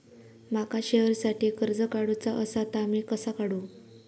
माका शेअरसाठी कर्ज काढूचा असा ता मी कसा काढू?